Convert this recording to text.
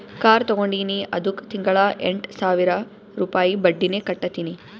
car ತಗೊಂಡಿನಿ ಅದ್ದುಕ್ ತಿಂಗಳಾ ಎಂಟ್ ಸಾವಿರ ರುಪಾಯಿ ಬಡ್ಡಿನೆ ಕಟ್ಟತಿನಿ